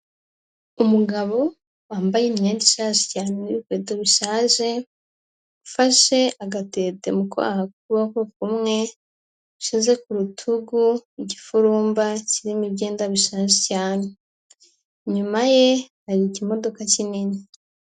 Umugabo wambaye imyenda ishaje cyane n'ibikweto bishaje, ufashe agatete mu kwaha k'ukuboko kumwe, yashyize ku rutugu igipfurumba kirimo ibyenda bishaje cyane, inyuma ye hari ikimodoka kinini.